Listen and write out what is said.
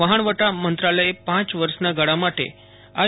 વહાણવટા મંત્રાલયે પાંચ વર્ષના ગાળા માટે આઇ